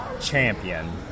champion